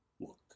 Look